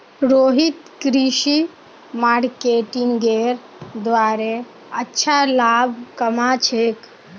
रोहित कृषि मार्केटिंगेर द्वारे अच्छा लाभ कमा छेक